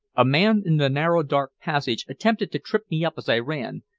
a man in the narrow dark passage attempted to trip me up as i ran,